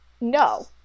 No